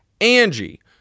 Angie